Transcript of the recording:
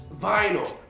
vinyl